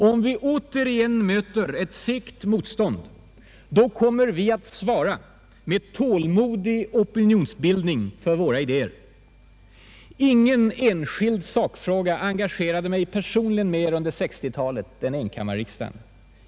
Om vi återigen möter ett segt motstånd, kommer vi att svara med tålmodig opinionsbildning för våra idéer. Ingen enskild sakfråga engagerade mig personligen mer under 1960-ta let än enkammarriksdagen.